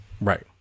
Right